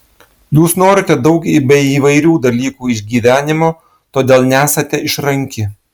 jūs norite daug bei įvairių dalykų iš gyvenimo todėl nesate išranki